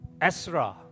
Ezra